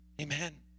Amen